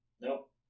Nope